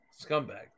Scumbag